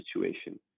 situation